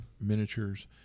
miniatures